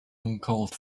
uncalled